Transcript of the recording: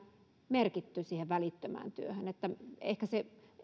merkitty siihen välittömään työhön ehkä sitten